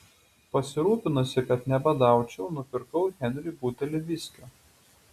pasirūpinusi kad nebadaučiau nupirkau henriui butelį viskio